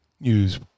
use